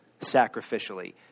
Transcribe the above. sacrificially